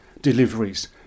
deliveries